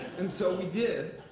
and so we did.